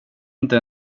inte